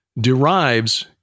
derives